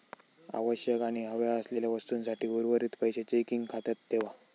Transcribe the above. आवश्यक आणि हव्या असलेल्या वस्तूंसाठी उर्वरीत पैशे चेकिंग खात्यात ठेवा